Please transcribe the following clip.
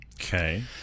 Okay